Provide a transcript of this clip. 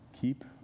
Keep